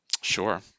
Sure